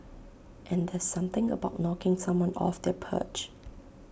and there's something about knocking someone off their perch